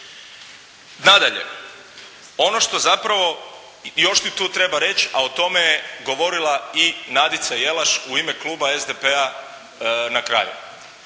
Nadalje, ono što zapravo još tu treba reći a o tome je govorila i Nadica Jelaš u ime kluba SDP-a na kraju.